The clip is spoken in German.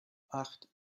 acht